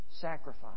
sacrifice